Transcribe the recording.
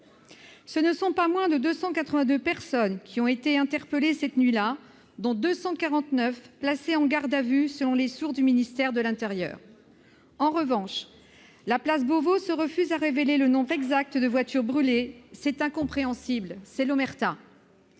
Ce ne sont pas moins de 282 personnes qui ont été interpellées cette nuit-là, dont 249 placées en garde à vue, selon les sources du ministère de l'intérieur. En revanche, la place Beauvau se refuse à révéler le nombre exact de voitures brûlées : cette omerta est incompréhensible ! Ces scènes